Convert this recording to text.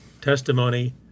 testimony